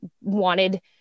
wanted